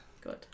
Good